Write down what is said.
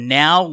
now